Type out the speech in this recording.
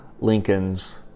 Lincoln's